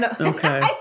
Okay